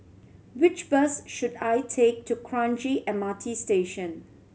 which bus should I take to Kranji M R T Station